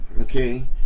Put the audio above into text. Okay